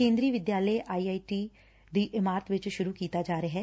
ਕੇਦਰੀ ਵਿਦਿਆਲੇ I I T ਦੀ ਇਮਾਰਤ ਵਿਚ ਸੁਰੂ ਕੀਤਾ ਜਾ ਰਿਹੈ